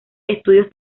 estudios